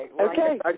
okay